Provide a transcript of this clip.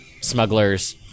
Smugglers